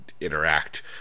interact